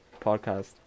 podcast